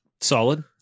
Solid